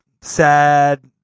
sad